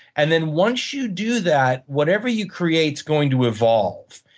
and then once you do that, whatever you create is going to evolve.